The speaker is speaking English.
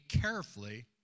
carefully